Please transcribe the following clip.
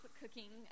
cooking